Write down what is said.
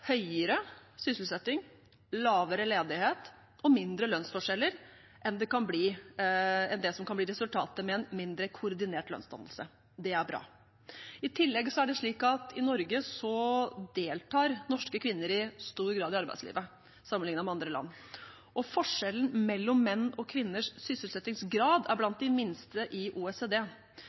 som kan bli resultatet med en mindre koordinert lønnsdannelse. Det er bra. I tillegg er det slik at i Norge deltar norske kvinner i stor grad i arbeidslivet, sammenliknet med andre land, og forskjellen mellom menns og kvinners sysselsettingsgrad er blant de minste i OECD.